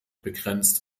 begrenzt